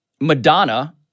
Madonna